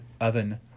oven